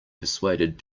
persuaded